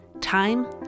Time